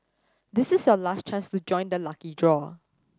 this is your last chance to join the lucky draw